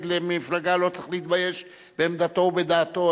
למפלגה לא צריך להתבייש בעמדתו ובדעתו.